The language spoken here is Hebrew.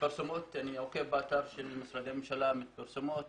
אני עוקב באתר של משרדי הממשלה ואני רואה שמתפרסמות